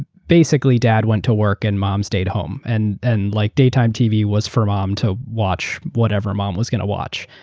basically, dad went to work and mom stayed home. and and like daytime tv was for mom to watch whatever mom was going to watch.